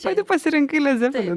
pati pasirinkai led zeppelin